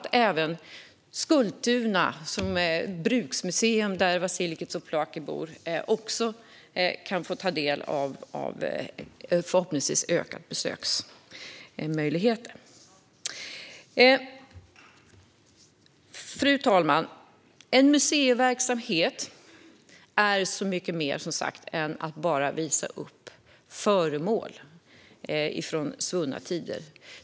Även bruksmuseet i Skultuna, där Vasiliki Tsouplaki bor, ska kunna ta del av ökade besöksmöjligheter. Fru talman! En museiverksamhet innebär som sagt så mycket mer än att bara visa upp föremål från svunna tider.